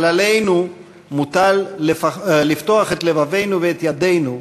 אבל עלינו מוטל לפתוח את לבבנו ואת ידנו,